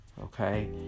okay